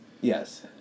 Yes